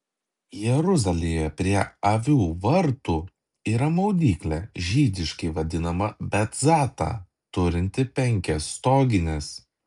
jeruzalėje prie avių vartų yra maudyklė žydiškai vadinama betzata turinti penkias stogines